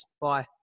Bye